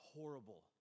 horrible